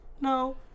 no